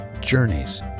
journeys